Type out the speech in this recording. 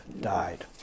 died